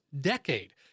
decade